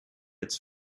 its